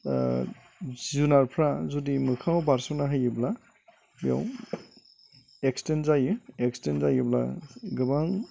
जुनारफोरा जुदि मोखाङाव बारसोमना होयोब्ला बेयाव एक्सिडेन्ट जायो एक्सडेन्ट जायोब्ला गोबां